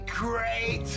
great